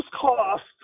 costs